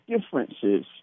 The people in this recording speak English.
differences